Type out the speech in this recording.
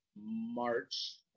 March